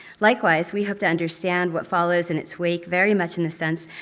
likewise, we hope to understand what follows in its wake very much in the sense,